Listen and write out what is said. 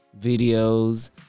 videos